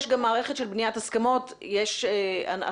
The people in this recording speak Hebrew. יש גם מערכת של בניית הסכמות - יש היום